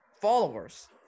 followers